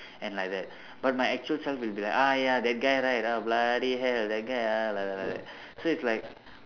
and like that but my actual self will be like !aiya! that guy right uh bloody hell that guy ah like like like so it's like